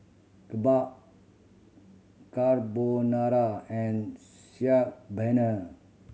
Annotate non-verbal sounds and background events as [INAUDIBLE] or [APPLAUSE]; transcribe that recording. Kimbap Carbonara and [UNINTELLIGIBLE] Paneer